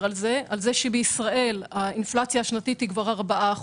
על כך שבישראל האינפלציה השנתית היא כבר 4%,